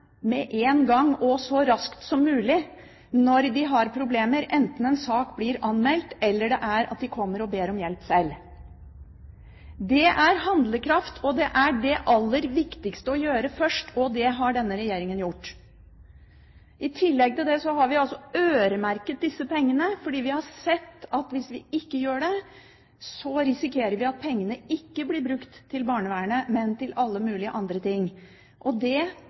med én gang, og så raskt som mulig, når de har problemer, enten en sak blir anmeldt, eller det er slik at de kommer og ber om hjelp sjøl – det er handlekraft. Dette er det aller viktigste å gjøre først, og det har denne regjeringen gjort. I tillegg til det har vi altså øremerket disse pengene, fordi vi har sett at hvis vi ikke gjør det, risikerer vi at pengene ikke blir brukt til barnevernet, men til alle mulige andre ting. Det